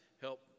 help